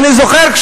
ואני זוכר,